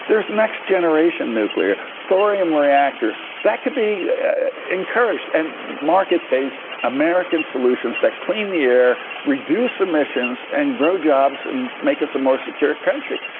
there's next generation nuclear! thorium reactors! that could be encouraged. and market-based, american solutions that clean the air, reduce emissions, and grow jobs, and make us a more secure country.